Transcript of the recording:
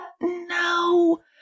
no